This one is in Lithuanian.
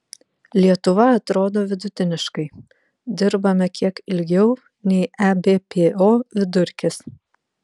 lietuva atrodo vidutiniškai dirbame kiek ilgiau nei ebpo vidurkis